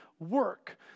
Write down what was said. Work